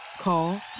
Call